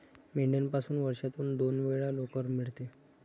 मेंढ्यापासून वर्षातून दोन वेळा लोकर मिळते